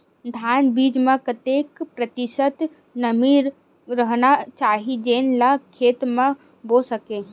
धान बीज म कतेक प्रतिशत नमी रहना चाही जेन ला खेत म बो सके?